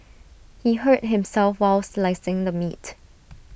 he hurt himself while slicing the meat